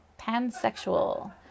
Pansexual